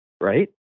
right